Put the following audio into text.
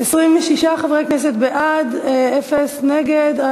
26 חברי כנסת בעד, אפס נגד.